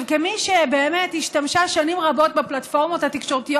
כמי שבאמת השתמשה שנים רבות בפלטפורמות התקשורתיות